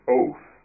oath